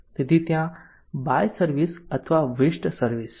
તેથી ત્યાં by service અથવા વેસ્ટ સર્વિસ છે